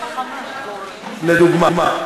ההוצאה לפועל אחרי, לדוגמה.